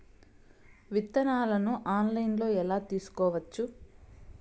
విత్తనాలను ఆన్లైన్లో ఎలా తీసుకోవచ్చు